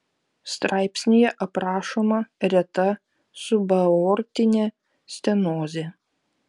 straipsnyje aprašoma reta subaortinė stenozė